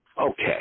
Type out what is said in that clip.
Okay